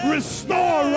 Restore